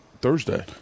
Thursday